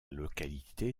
localité